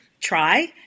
try